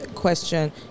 question